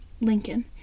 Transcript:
Lincoln